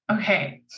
Okay